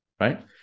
right